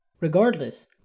regardless